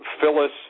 Phyllis